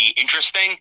interesting